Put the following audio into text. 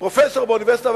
פרופסור באוניברסיטה,